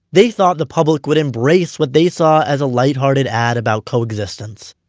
they thought the public would embrace what they saw as a lighthearted ad about coexistence.